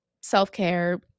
self-care